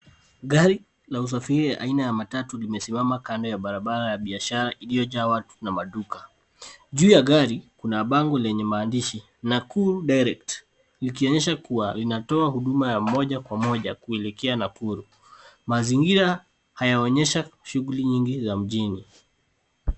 Gari la usafiri aina ya matatu limesimama kando ya barabara ya biashara iliyojaa watu na maduka. Juu ya gari kuna bango lenye maandishi Nakuru Direct likionyesha kua linatoa huduma ya moja kwa moja kuelekea Nakuru. Mazingira yanaonyesha shughuli nyingi za mjini.